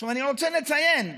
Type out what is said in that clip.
עכשיו, אני רוצה לציין עובדה,